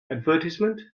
advertisement